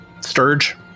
Sturge